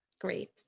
Great